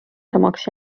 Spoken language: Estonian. samaks